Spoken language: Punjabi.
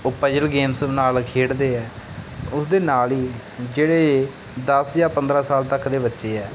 ਉਹ ਪਜਲ਼ ਗੇਮਸ ਨਾਲ ਖੇਡਦੇ ਹੈ ਉਸ ਦੇ ਨਾਲ ਹੀ ਜਿਹੜੇ ਦਸ ਜਾਂ ਪੰਦਰਾਂ ਸਾਲ ਤੱਕ ਦੇ ਬੱਚੇ ਹੈ